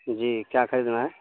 جی کیا خریدنا ہے